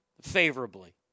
favorably